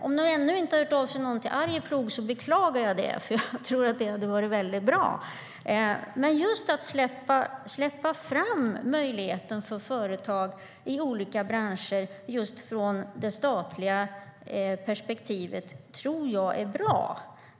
Om det ännu inte är någon som hört av sig till Arjeplog beklagar jag det, för jag tror att det hade varit väldigt bra. Att släppa fram möjligheten för företag i olika branscher just från det statliga perspektivet tror jag är bra.